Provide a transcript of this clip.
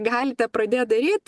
galite pradėt daryt